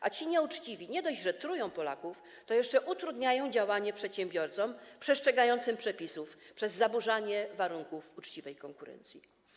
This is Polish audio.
A ci nieuczciwi nie dość że trują Polaków, to jeszcze utrudniają działanie przedsiębiorcom przestrzegającym przepisów przez zaburzanie warunków uczciwej konkurencji.